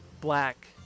black